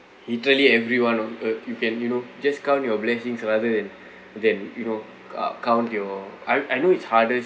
literally everyone on earth you can you know just count your blessings rather than than you know uh count count your I I know it's harder